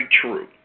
true